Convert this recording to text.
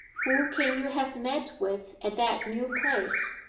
who can you have met with at that new place?